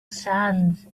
sand